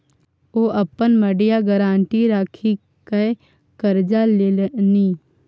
ओ अपन मड़ैया गारंटी राखिकए करजा लेलनि